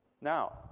Now